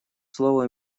слово